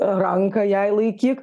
ranką jai laikyk